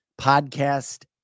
podcast